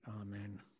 Amen